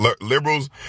liberals